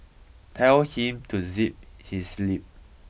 tell him to zip his lip